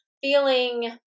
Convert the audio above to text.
feeling